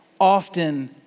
often